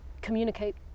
communicate